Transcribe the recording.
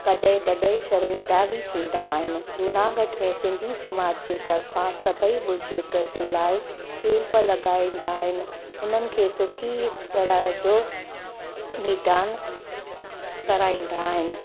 कॾहिं कॾहिं शर्मिंदा बि थींदा आहिनि जूनागढ़ में सिंधी समाज जे तर्फ़ां सभई बुजुर्ग जे लाइ कैंप लॻाईंदा आहिनि उन्हनि खे सुठी तरह जो निधान कराईंदा आहिनि